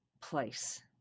place